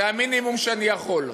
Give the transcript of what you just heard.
זה המינימום שאני יכול,